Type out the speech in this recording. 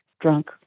drunk